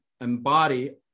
embody